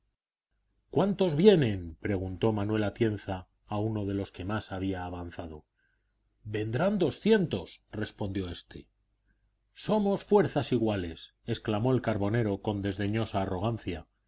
cuántos vienen preguntó manuel atienza a uno de los que más habían avanzado vendrán doscientos respondió éste somos fuerzas iguales exclamó el carbonero condesdeñosa arrogancia